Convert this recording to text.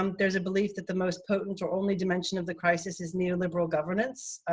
um there's a belief that the most potent or only dimension of the crisis is neoliberal governance.